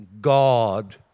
God